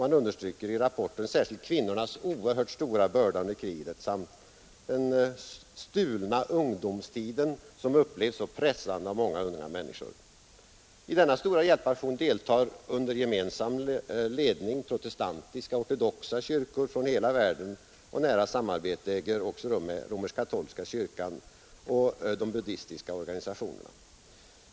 Man understryker i rapporten särskilt kvinnornas oerhört stora börda under kriget samt ”den stulna ungdomstiden” som upplevs så pressande av många unga människor. I denna stora hjälpaktion deltar under gemensam ledning protestantiska och ortodoxa kyrkor från hela världen, och nära samarbete äger också rum med romersk-katolska kyrkan och de buddistiska organisationerna.